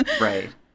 Right